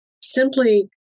simply